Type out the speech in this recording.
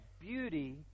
beauty